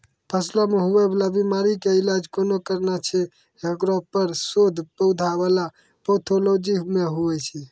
फसलो मे हुवै वाला बीमारी के इलाज कोना करना छै हेकरो पर शोध पौधा बला पैथोलॉजी मे हुवे छै